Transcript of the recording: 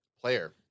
player